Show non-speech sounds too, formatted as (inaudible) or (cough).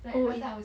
oh (noise)